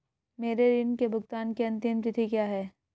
मेरे ऋण के भुगतान की अंतिम तिथि क्या है?